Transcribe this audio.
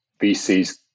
VCs